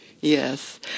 Yes